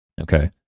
Okay